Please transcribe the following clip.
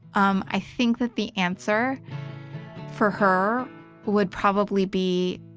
um i think that the answer for her would probably be,